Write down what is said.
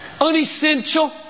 Unessential